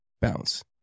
bounce